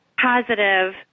positive